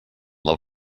del